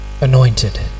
anointed